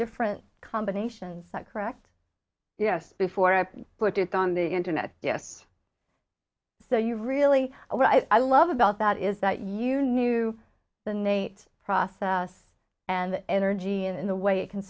different combinations that correct yes before i put it on the internet yes so you really what i love about that is that you knew the nate's process and the energy and the way it can